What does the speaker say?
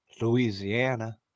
Louisiana